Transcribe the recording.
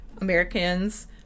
Americans